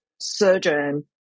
surgeon